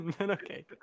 Okay